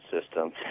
system